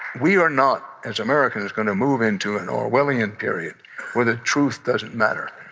we are not as americans going to move into an orwellian period where the truth doesn't matter.